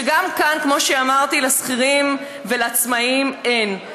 שגם כאן, כמו שאמרתי, לשכירים ולעצמאים אין.